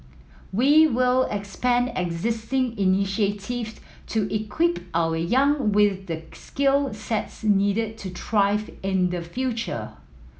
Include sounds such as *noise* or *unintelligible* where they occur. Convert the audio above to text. we will expand existing initiative *unintelligible* to equip our young with the skill sets needed to thrive in the future